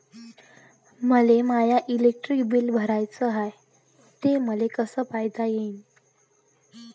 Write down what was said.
मले माय electric bill भराचं हाय, ते मले कस पायता येईन?